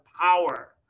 power